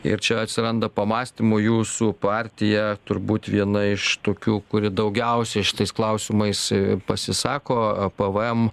ir čia atsiranda pamąstymų jūsų partija turbūt viena iš tokių kuri daugiausiai šitais klausimais pasisako pvm